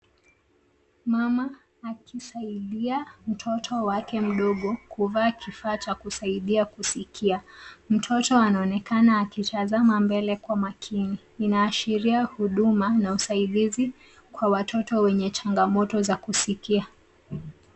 Mama akisaidia mtoto wake mdogo kuvaa kifaa cha kusaidia kusikia. Mtoto anaonekana akitazama mbele kwa makini. Inaashiria huduma na usaidizi kwa watoto wenye changamoto za kusikia.